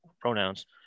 pronouns